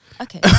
Okay